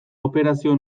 operazio